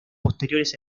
posteriores